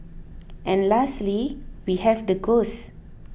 and lastly we have the ghosts